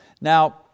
Now